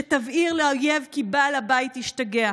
שתבהיר לאויב כי בעל הבית השתגע.